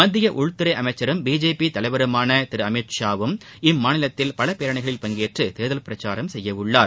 மத்திய உள்துறை அமைச்சரும் பிஜேபி தலைவருமான திரு அமித் ஷாவும் இம்மாநிலத்தில் பல பேரணிகளில் பங்கேற்று தேர்தல் பிரச்சாரம் செய்யவுள்ளார்